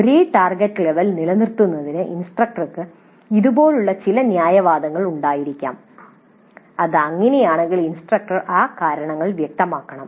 ഒരേ target level നിലനിർത്തുന്നതിന് ഇൻസ്ട്രക്ടർക്ക് ഇതുപോലുള്ള ചില ന്യായവാദങ്ങൾ ഉണ്ടായിരിക്കാം അത് അങ്ങനെയാണെങ്കിൽ ഇൻസ്ട്രക്ടർ ആ കാരണങ്ങൾ വ്യക്തമാക്കണം